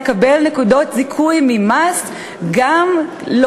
לקבל נקודות זיכוי ממס גם לו.